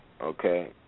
Okay